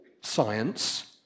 science